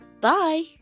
Bye